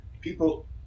people